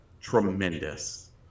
tremendous